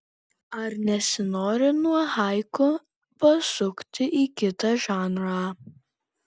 ar nesinori nuo haiku pasukti į kitą žanrą